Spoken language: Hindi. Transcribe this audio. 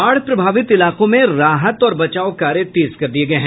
बाढ़ प्रभावित इलाकों में राहत और बचाव कार्य तेज कर दिये गये हैं